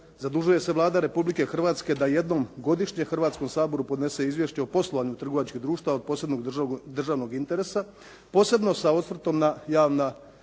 "Zadužuje se Vlada Republike Hrvatske da jednom godišnje Hrvatskom saboru podnese izvješće o poslovanju trgovačkih od posebnog državnog interesa, posebno sa osvrtom na javna